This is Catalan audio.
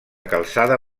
calçada